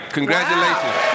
Congratulations